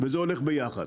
וזה הולך ביחד.